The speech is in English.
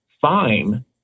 fine